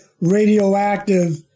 radioactive